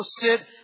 sit